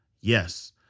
Yes